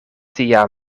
tia